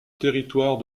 territoire